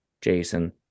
jason